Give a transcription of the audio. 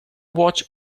watch